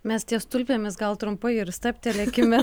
mes ties tulpėmis gal trumpai ir stabtelėkime